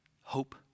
hope